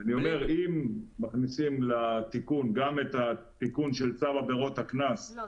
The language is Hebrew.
אני אומר שאם מכניסים לתיקון גם את התיקון של צו עבירות הקנס --- לא.